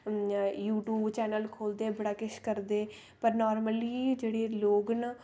U tube channel खोह्लदे बड़ा किश करदे पर नार्मली जेह्ड़े लोग न